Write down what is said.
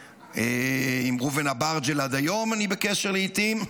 עם ראובן אברג'ל עד היום אני בקשר לעיתים,